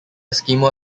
eskimo